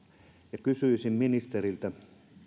ja kysyisin ministeriltä